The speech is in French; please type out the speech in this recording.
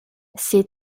ses